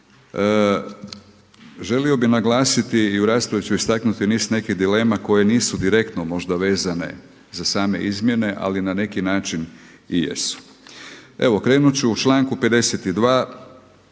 želio bih naglasiti i u raspravi ću istaknuti niz nekih dilema koje nisu direktno možda vezano za same izmjene ali na neki način i jesu. Evo, krenuti ću u članku 52